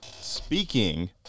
speaking